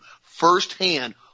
firsthand